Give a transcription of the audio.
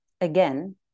again